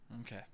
Okay